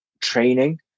training